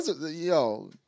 Yo